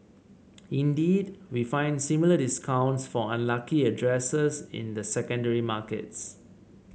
indeed we find similar discounts for unlucky addresses in the secondary markets